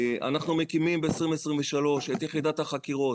אנחנו מקימים ב-2023 את יחידת החקירות,